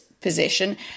Position